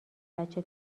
بچه